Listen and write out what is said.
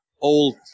old